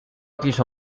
quiso